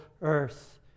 earth